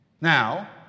Now